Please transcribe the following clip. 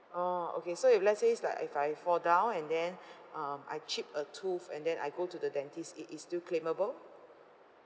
orh okay so if let's says like if I fall down and then um I chip a tooth and then I go to the dentist it is still claimable